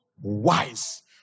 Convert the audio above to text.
wise